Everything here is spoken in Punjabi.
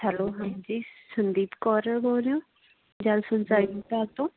ਹੈਲੋ ਹਾਂਜੀ ਸੰਦੀਪ ਕੌਰ ਬੋਲ ਰਹੇ ਹੋ ਜਲ ਸਿੰਚਾਈ ਵਿਭਾਗ ਤੋਂ